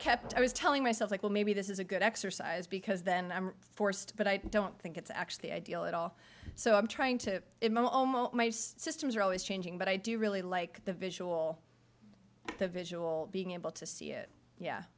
kept i was telling myself like well maybe this is a good exercise because then i'm forced but i don't think it's actually ideal at all so i'm trying to my systems are always changing but i do really like the visual the visual being able to see it yeah